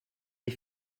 des